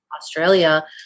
Australia